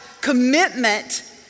commitment